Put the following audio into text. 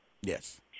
Yes